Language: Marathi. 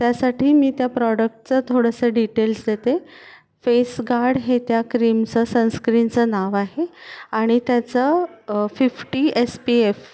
त्यासाठी मी त्या प्रॉडक्टचं थोडंसं डिटेल्स देते फेसगार्ड हे त्या क्रीमचं सनस्क्रीनचं नाव आहे आणि त्याचं फिफ्टी एस पी एफ